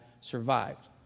survived